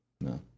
no